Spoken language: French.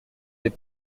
des